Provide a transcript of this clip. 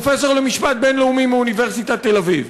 פרופסור למשפט בין-לאומי מאוניברסיטת תל-אביב.